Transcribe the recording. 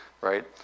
right